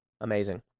Amazing